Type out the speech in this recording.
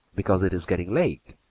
because it is getting late,